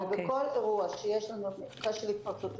ובכל אירוע שיש לנו מקרה של התפרצות,